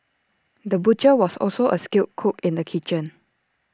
the butcher was also A skilled cook in the kitchen